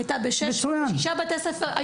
היא הייתה בשישה בתי ספר,